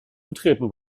betreten